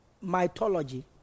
mythology